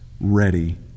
ready